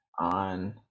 on